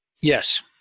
Yes